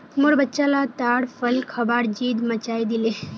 मोर बच्चा ला ताड़ फल खबार ज़िद मचइ दिले